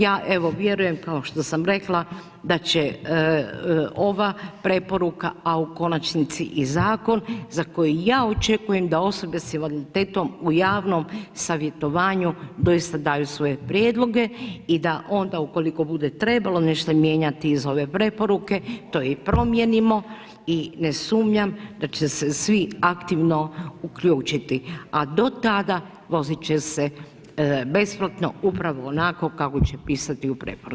Ja evo vjerujem kao što sam rekla da će ova preporuka a u konačnici i zakon za koji ja očekujem da osobe sa invaliditetom u javnom savjetovanju doista daju svoje prijedloge i da onda ukoliko bude trebalo, nešto mijenjati iz ove preporuke, to i promijenimo ine sumnjam da će se svi aktivno uključiti a do tada vozit će se besplatno, upravo onako kako će pisati u preporuci.